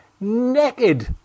naked